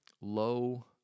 low